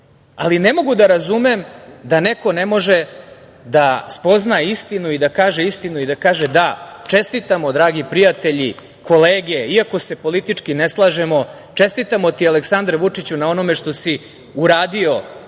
ali ne mogu da razumem da neko ne može da spozna istinu i da kaže - da, čestitamo dragi prijatelji, kolege, iako se politički ne slažemo, čestitamo ti Aleksandre Vučiću na onome što si uradio